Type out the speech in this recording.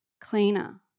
Cleaner